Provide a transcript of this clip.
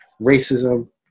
racism